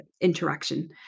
interaction